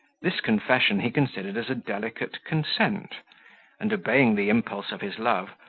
this confession he considered as a delicate consent and, obeying the impulse of his love,